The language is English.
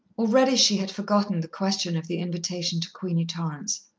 already she had forgotten the question of the invitation to queenie torrance.